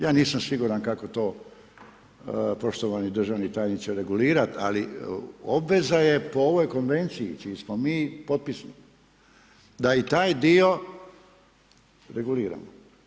Ja nisam siguran, kako to poštovani državni tajniče regulirati, ali obveza je po ovoj konvenciji čiji smo mi potpisnici, da taj dio reguliramo.